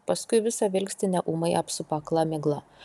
paskui visą vilkstinę ūmai apsupa akla migla